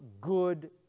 good